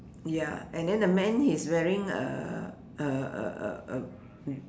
ya and then the man he is wearing uh uh uh uh uh